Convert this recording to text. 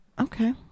Okay